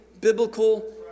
biblical